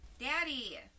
Daddy